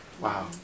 Wow